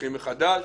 פותחים מחדש.